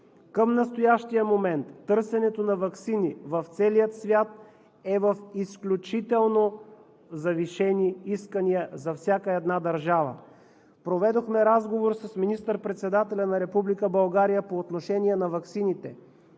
Към настоящия момент търсенето на ваксини в целия свят е с изключително завишени искания за всяка една държава. Проведохме разговори с министър-председателя на Република България по отношение на ваксините